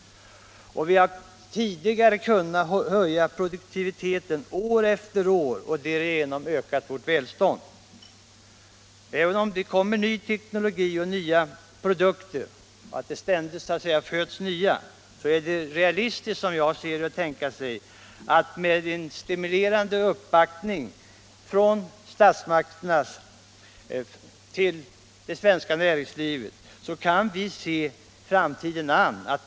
Vi har tidigare kunnat höja produktiviteten år efter år och därigenom öka vårt välstånd. Även om det ständigt söks ny teknologi och nya produkter kan vi, med en stimulerande uppbackning från statsmakterna av det svenska näringslivet, se framtiden an med tillförsikt.